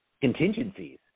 contingencies